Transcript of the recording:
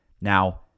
Now